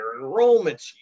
enrollments